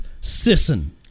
Sisson